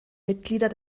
mitglieder